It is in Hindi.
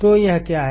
तो यह क्या है